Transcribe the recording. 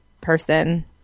person